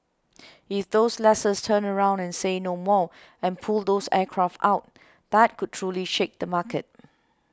if those lessors turn around and say no more and pull those aircraft out that could truly shake the market